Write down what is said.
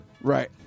Right